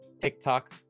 TikTok